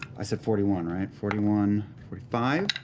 i said forty one, right? forty one, forty five,